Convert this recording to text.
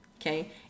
okay